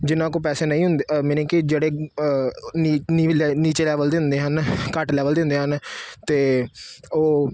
ਜਿਨ੍ਹਾਂ ਕੋਲ ਪੈਸੇ ਨਹੀਂ ਹੁੰਦੇ ਅ ਮੀਨਿੰਗ ਕਿ ਜਿਹੜੇ ਨੀ ਨੀਵੇਂ ਨੀਚੇ ਲੈਵਲ ਦੇ ਹੁੰਦੇ ਹਨ ਘੱਟ ਲੈਵਲ ਦੇ ਹੁੰਦੇ ਹਨ ਤਾਂ ਉਹ